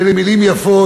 ואלה מילים יפות,